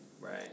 right